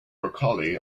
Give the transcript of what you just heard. broccoli